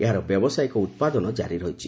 ଏହାର ବ୍ୟବସାୟୀକ ଉତ୍ପାଦନ ଜାରି ରହିଛି